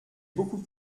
beaucoup